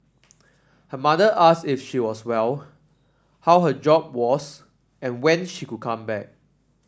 her mother asked if she was well how her job was and when she would come back